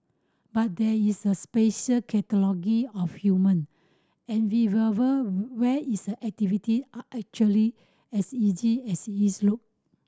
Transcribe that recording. but there is a special category of human where is activity are actually as easy as is look